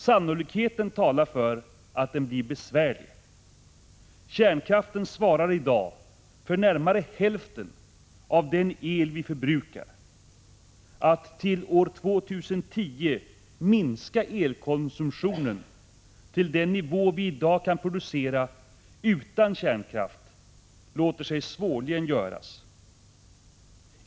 Sannolikheten talar för att avvecklingen blir besvärlig. Kärnkraften svarar i dag för närmare hälften av den el vi förbrukar. Att till år 2010 minska elkonsumtionen till den nivå vi i dag kan producera utan kärnkraft låter sig svårligen göras.